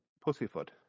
pussyfoot